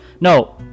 no